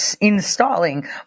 installing